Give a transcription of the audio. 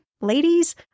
ladies